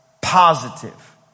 positive